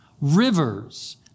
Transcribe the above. rivers